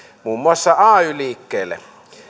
muun muassa ay liikkeelle